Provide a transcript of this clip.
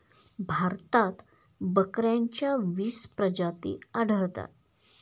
भारतात बकऱ्यांच्या वीस प्रजाती आढळतात